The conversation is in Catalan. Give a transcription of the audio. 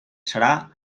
serà